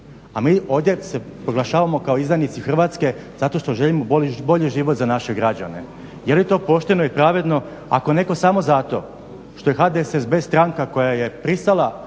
a mi ovdje se proglašavamo kao izdajnici Hrvatske zato što želimo bolji život za naše građane. Jeli to pošteno i pravedno ako neko samo zato što je HDSSB stranka koja je pristala